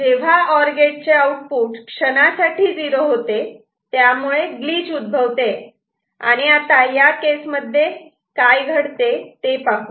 जेव्हा OR gate चे output क्षणासाठी '0' होते त्यामुळे ग्लिच उद्भवते आणि या केसमध्ये हे काय घडते ते पाहू